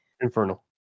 Infernal